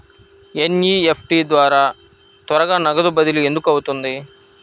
NEFT ద్వారా త్వరగా నగదు బదిలీ ఎందుకు అవుతుంది?